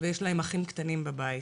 ויש להם אחים קטנים בבית.